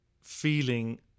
feeling